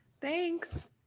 Thanks